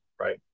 right